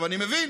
אני מבין,